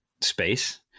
space